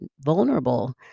vulnerable